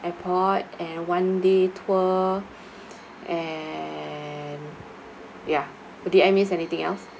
airport and one day tour and ya did I missed anything else